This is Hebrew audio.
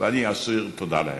ואני אסיר תודה להם.